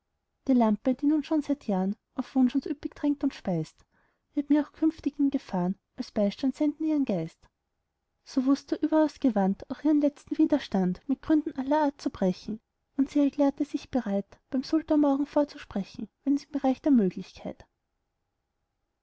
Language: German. die lampe die nun schon seit jahren auf wunsch uns üppig tränkt und speist wird mir auch künftig in gefahren als beistand senden ihren geist so wußt er überaus gewandt auch ihren letzten widerstand mit gründen aller art zu brechen und sie erklärte sich bereit beim sultan morgen vorzusprechen wenn's im bereich der möglichkeit